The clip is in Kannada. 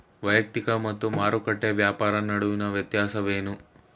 ವೈಯಕ್ತಿಕ ಮತ್ತು ಮಾರುಕಟ್ಟೆ ವ್ಯಾಪಾರ ನಡುವಿನ ವ್ಯತ್ಯಾಸವೇನು?